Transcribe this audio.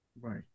Right